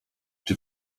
czy